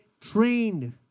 trained